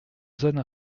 zone